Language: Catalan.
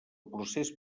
procés